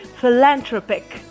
philanthropic